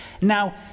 Now